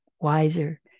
wiser